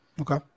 Okay